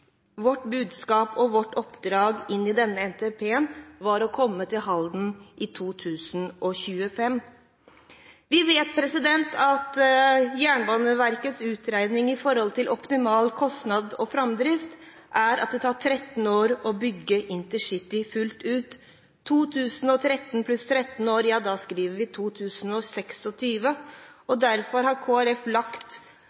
Vårt budskap og oppdrag inn i denne NTP-en var at dette komme til Halden i 2025. Vi vet at Jernbaneverkets utregninger når det gjelder optimal kostnad og framdrift er at det tar 13 år å bygge InterCity fullt ut: 2013 pluss 13 år. Da skriver vi